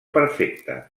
perfecta